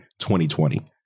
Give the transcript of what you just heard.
2020